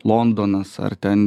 londonas ar ten